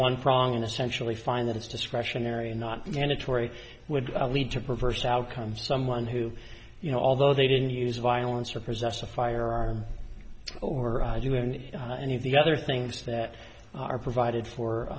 one prong and essentially find that it's discretionary not mandatory would lead to perverse outcomes someone who you know although they didn't use violence or possess a firearm or do in any of the other things that are provided for